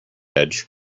edge